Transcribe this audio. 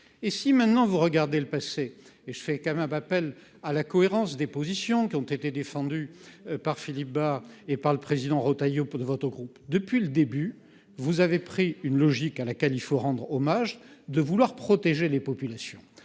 et si maintenant vous regardez le passé et je fais quand même un appel à la cohérence des positions qui ont été défendue par Philippe Bas et par le président Retailleau pour de votre groupe depuis le début, vous avez pris une logique à laquelle il faut rendre hommage, de vouloir protéger les populations,